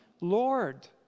Lord